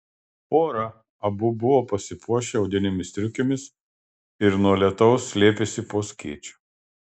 pora abu buvo pasipuošę odinėmis striukėmis ir nuo lietaus slėpėsi po skėčiu